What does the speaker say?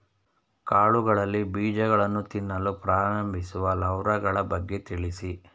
ಕಾಳುಗಳಲ್ಲಿ ಬೀಜಗಳನ್ನು ತಿನ್ನಲು ಪ್ರಾರಂಭಿಸುವ ಲಾರ್ವಗಳ ಬಗ್ಗೆ ತಿಳಿಸಿ?